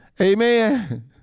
Amen